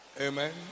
Amen